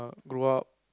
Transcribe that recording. grow up